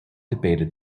debated